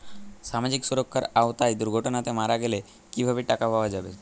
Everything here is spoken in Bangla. সামাজিক সুরক্ষার আওতায় দুর্ঘটনাতে মারা গেলে কিভাবে টাকা পাওয়া যাবে?